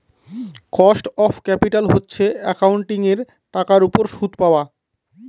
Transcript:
cost of capital হচ্ছে একাউন্টিঙের টাকার উপর সুদ পাওয়া